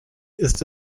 ist